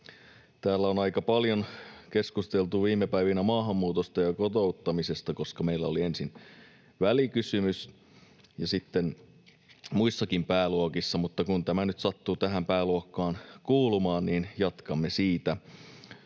Täällä on aika paljon keskusteltu viime päivinä maahanmuutosta ja kotouttamisesta. Meillä oli ensin välikysymys ja sitten keskusteltiin muissakin pääluokissa, ja kun tämä nyt sattui tähän pääluokkaan kuulumaan, niin jatkamme siitä.